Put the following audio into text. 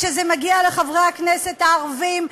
כשזה מגיע לחברי הכנסת הערבים,